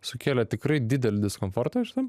sukėlė tikrai didelį diskomfortą